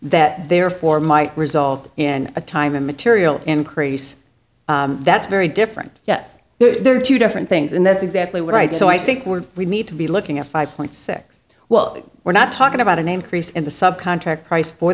that therefore might result in a time and material increase that's very different yes there are two different things and that's exactly what right so i think we're we need to be looking at five point six well we're not talking about a name crease in the sub contract price for